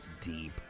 deep